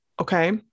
okay